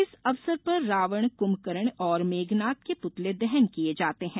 इस अवसर पर रावण कुंभकर्ण और मेघनाथ के पुतले दहन किये जाते हैं